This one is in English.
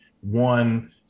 one